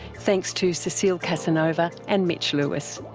thanks to cecile casanova and mitch lewis.